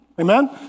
amen